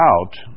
out